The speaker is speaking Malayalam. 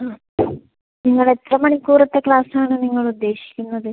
ആ നിങ്ങൾ എത്ര മണിക്കൂറത്തെ ക്ലാസാണ് നിങ്ങൾ ഉദ്ദേശിക്കുന്നത്